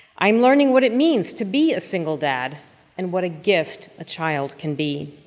i'm learning what it means to be a single dad and what a gift a child can be.